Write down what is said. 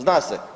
Zna se.